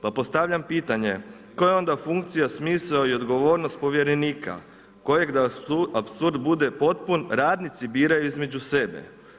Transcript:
Pa postavljam pitanje, koja je onda funkcija, smisao i odgovornost povjerenika, kojeg da apsurd bude potpun, radnici biraju između sebe?